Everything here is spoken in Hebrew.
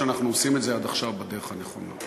שאנחנו עושים את זה עד עכשיו בדרך הנכונה.